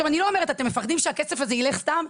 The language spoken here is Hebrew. אתם מפחדים שהכסף הזה ילך סתם?